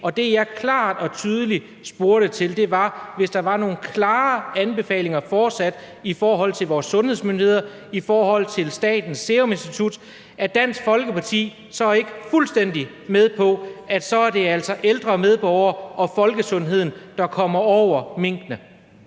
Og det, som jeg klart og tydeligt spurgte til, var, om Dansk Folkeparti, hvis der var nogle klare anbefalinger fra vores sundhedsmyndigheder, fra Statens Serum Institut, så ikke er fuldstændig med på, at så er det altså ældre medborgere og folkesundheden, der står over minkene.